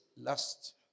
last